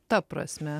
ta prasme